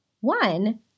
one